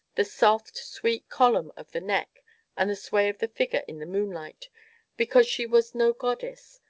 the soft, sweet column of the neck and the sway of the figure in the moonlight because she was no goddess,